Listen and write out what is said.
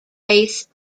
base